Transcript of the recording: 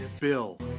bill